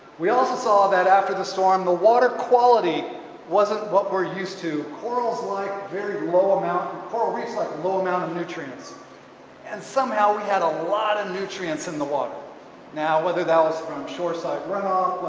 we also saw that after the storm the water quality wasn't what we're used to. corals like very low amount coral reefs like low amount of nutrients and somehow we had a lot of nutrients in the water now whether that was from shore side runoff,